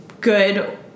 good